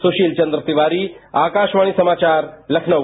सुशील चन्द्र तिवारी आकाशवाणी समाचार लखनऊ